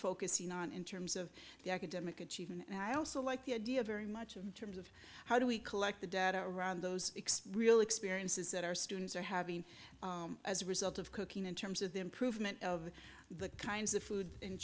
focusing on in terms of the academic achievement and i also like the idea very much of terms of how do we collect the data around those x real experiences that our students are having as a result of cooking in terms of the improvement of the kinds of food